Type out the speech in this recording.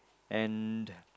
and